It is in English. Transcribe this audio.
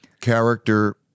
Character